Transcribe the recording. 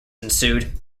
ensued